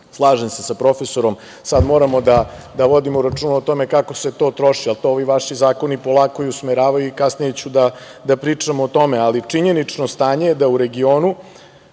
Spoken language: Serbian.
Slažem se sa profesorom, sad moramo da vodimo računa o tome kako se to troši, ali to ovi vaši zakoni polako i usmeravaju i kasnije ću da pričam o tome, ali činjenično stanje je da u regionu